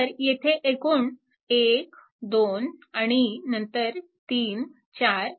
तर येथे एकूण 1 2 आणि नंतर 3 4